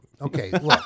okay